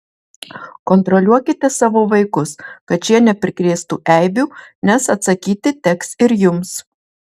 kontroliuokite savo vaikus kad šie neprikrėstų eibių nes atsakyti teks ir jums